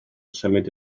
symud